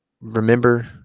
remember